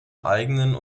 eigenen